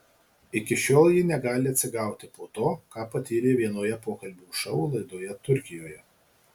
iki šiol ji negali atsigauti po to ką patyrė vienoje pokalbių šou laidoje turkijoje